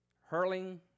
hurling